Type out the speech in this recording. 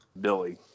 Billy